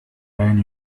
and